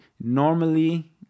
normally